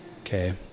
Okay